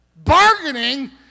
Bargaining